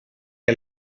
que